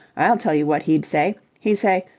i'll tell you what he'd say. he'd say.